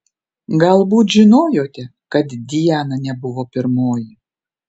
galbūt žinojote kad diana nebuvo pirmoji